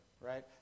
right